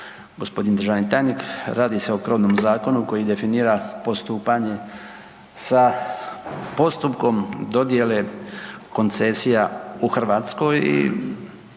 gospodin državni tajnik, radi se o krovnom zakonu koji definira postupanje sa postupkom dodjele koncesija u Hrvatskoj